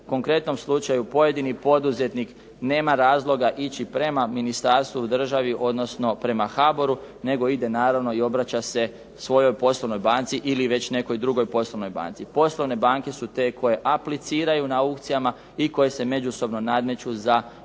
konkretnom slučaju pojedini poduzetnik nema razloga ići prema ministarstvu, državi odnosno prema HABOR-u nego ide naravno i obraća se svojoj poslovnoj banci ili već nekoj drugoj poslovnoj banci. Poslovne banke su te koje apliciraju na aukcijama i koje se međusobno nadmeću za određene